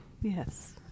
Yes